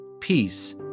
Peace